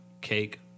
cake